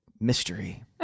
mystery